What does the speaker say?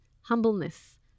humbleness